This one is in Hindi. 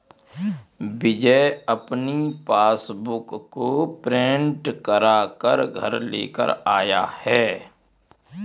विजय अपनी पासबुक को प्रिंट करा कर घर लेकर आया है